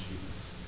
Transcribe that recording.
Jesus